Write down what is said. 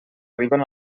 arriben